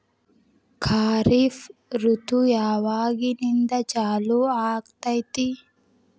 ಖಾರಿಫ್ ಋತು ಯಾವಾಗಿಂದ ಚಾಲು ಆಗ್ತೈತಿ?